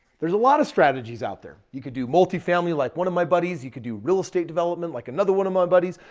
there's a lot of strategies out there. you could do multifamily like one of my buddies. you could do real estate development like another one of my buddies.